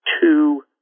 two